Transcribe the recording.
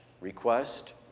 request